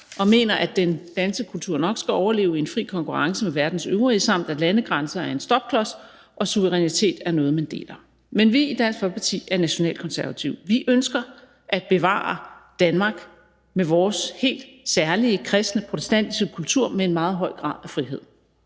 og mener, at den danske kultur nok skal overleve i en fri konkurrence med verdens øvrige, samt at landegrænser er en stopklods og suverænitet er noget, man deler. Men vi i Dansk Folkeparti er nationalkonservative, vi ønsker at bevare Danmark med vores helt særlige kristne protestantiske kultur med en meget høj grad af frihed.